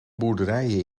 boerderijen